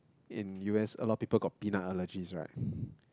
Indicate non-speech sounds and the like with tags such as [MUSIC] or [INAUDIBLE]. in U_S a lot of people got peanut allergies right [BREATH]